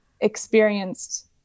experienced